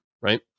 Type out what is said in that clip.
right